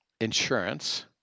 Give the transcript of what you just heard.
insurance